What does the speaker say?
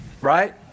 right